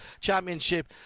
Championship